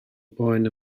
boen